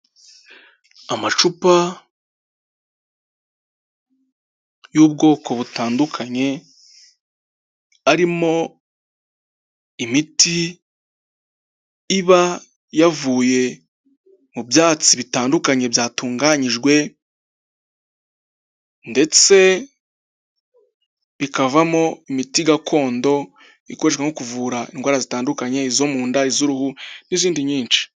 Amacupa y'ubwoko butandukanye arimo imiti iba yavuye mu byatsi bitandukanye byatunganyijwe ndetse bikavamo imiti gakondo ikoreshwa nko kuvura indwara zitandukanye izo mu nda, iz'uruhu n'izindi nyinshi.